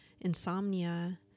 insomnia